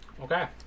Okay